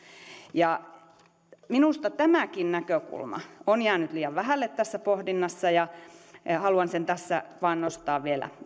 minusta tämäkin näkökulma on jäänyt liian vähälle tässä pohdinnassa ja haluan sen tässä vain nostaa vielä